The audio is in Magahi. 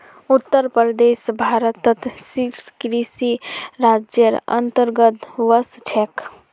उत्तर प्रदेश भारतत शीर्ष कृषि राज्जेर अंतर्गतत वश छेक